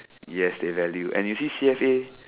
ya they value and you see C_S_A